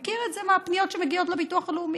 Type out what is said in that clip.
מכיר את זה גם מהפניות שמגיעות לביטוח הלאומי,